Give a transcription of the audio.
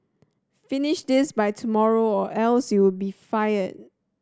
finish this by tomorrow or else you'll be fired